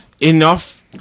enough